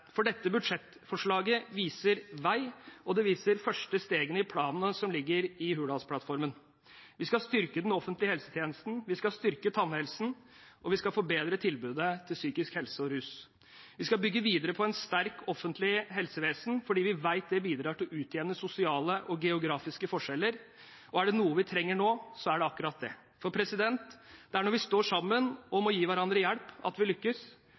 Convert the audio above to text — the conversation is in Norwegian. Dette budsjettforslaget viser vei, og det viser de første stegene i planen som ligger i Hurdalsplattformen. Vi skal styrke den offentlige helsetjenesten. Vi skal styrke tannhelsen. Og vi skal forbedre tilbudet innen psykisk helse og rus. Vi skal bygge videre på et sterkt, offentlig helsevesen, for vi vet at det bidrar til å utjevne sosiale og geografiske forskjeller – og er det noe vi trenger nå, er det akkurat det. Det er når vi står sammen og gir hverandre hjelp, vi lykkes.